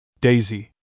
Daisy